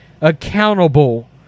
accountable